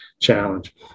challenge